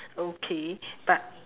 okay but